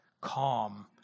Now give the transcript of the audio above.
calm